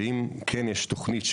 שאם כן יש תוכנית,